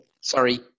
Sorry